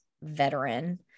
veteran